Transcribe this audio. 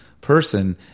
person